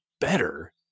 better